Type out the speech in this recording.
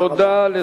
תודה רבה.